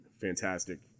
fantastic